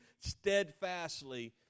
steadfastly